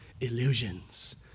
illusions